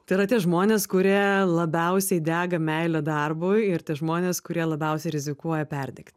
tai yra tie žmonės kurie labiausiai dega meile darbui ir tie žmonės kurie labiausiai rizikuoja perdegt